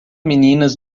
meninas